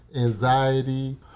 anxiety